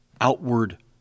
outward